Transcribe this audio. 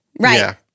Right